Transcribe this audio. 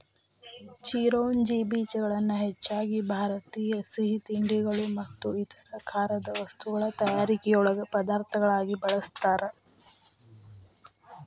ಚಿರೋಂಜಿ ಬೇಜಗಳನ್ನ ಹೆಚ್ಚಾಗಿ ಭಾರತೇಯ ಸಿಹಿತಿಂಡಿಗಳು ಮತ್ತು ಇತರ ಖಾರದ ವಸ್ತುಗಳ ತಯಾರಿಕೆಯೊಳಗ ಪದಾರ್ಥಗಳಾಗಿ ಬಳಸ್ತಾರ